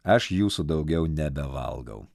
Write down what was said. aš jūsų daugiau nebevalgau